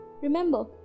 Remember